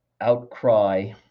outcry